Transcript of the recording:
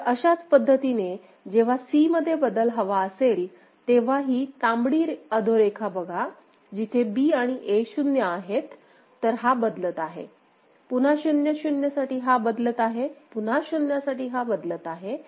तर अशाच पद्धतीने जेव्हा C मध्ये बदल हवा असेल तेव्हा ही तांबडी अधोरेखा बघा जिथे B आणि A शून्य आहेत तर हा बदलत आहे पुन्हा 00 साठी हा बदलत आहेपुन्हा शून्यासाठी हा बदलत आहे